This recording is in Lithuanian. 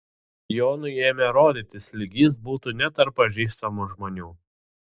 jonui ėmė rodytis lyg jis būtų ne tarp pažįstamų žmonių